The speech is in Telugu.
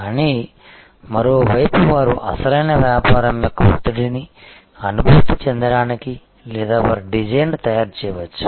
కానీ మరోవైపు వారు అసలైన వ్యాపారం యొక్క ఒత్తిడిని అనుభూతి చెందడానికి లేదా వారి డిజైన్ని తయారు చేయవచ్చు